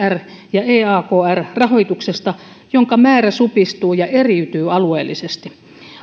esr ja eakr rahoituksesta jonka määrä supistuu ja eriytyy alueellisesti